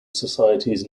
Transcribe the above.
societies